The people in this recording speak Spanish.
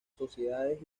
sociedades